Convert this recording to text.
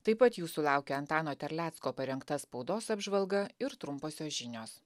taip pat jūsų laukia antano terlecko parengta spaudos apžvalga ir trumposios žinios